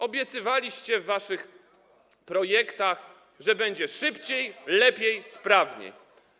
Obiecywaliście w waszych projektach, że będzie szybciej, lepiej, sprawniej.